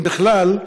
אם בכלל,